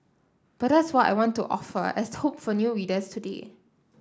but that's what I want to offer as hope for new writers today